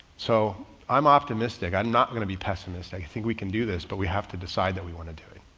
so i'm optimistic. i'm not going to be pessimistic. i think we can do this, but we have to decide that we want to do. okay.